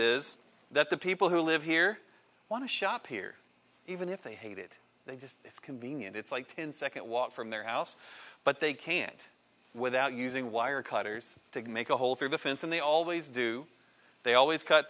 is that the people who live here want to shop here even if they hated they just it's convenient it's like ten second walk from their house but they can't without using wire cutters to make a hole through the fence and they always do they always cut